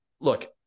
look